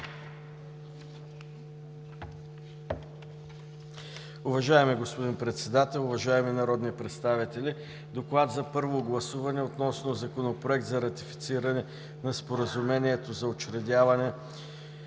Уважаеми господин Председател, уважаеми народни представители! „Д О К Л А Д за първо гласуване относно Законопроект за ратифициране на Споразумението за учредяване